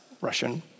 Russian